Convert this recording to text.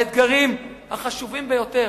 באתגרים החשובים ביותר.